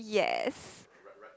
yes